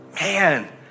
Man